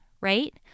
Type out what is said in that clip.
right